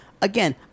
Again